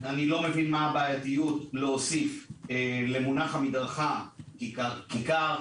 איני מבין מה הבעייתיות להוסיף למונח מדרכה כיכר,